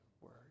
word